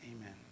amen